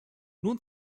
nun